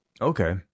Okay